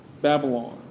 Babylon